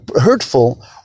hurtful